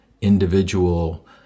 individual